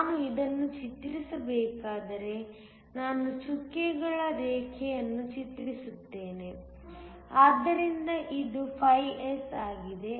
ನಾನು ಇದನ್ನು ಚಿತ್ರಿಸಬೇಕಾದರೆ ನಾನು ಚುಕ್ಕೆಗಳ ರೇಖೆಯನ್ನು ಚಿತ್ರಿಸುತ್ತೇನೆ ಆದ್ದರಿಂದ ಇದು φS ಆಗಿದೆ